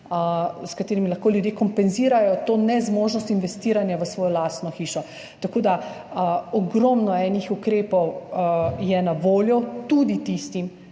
s katerimi lahko ljudje kompenzirajo to nezmožnost investiranja v svojo lastno hišo. Tako da ogromno enih ukrepov je na voljo tudi tistim,